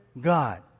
God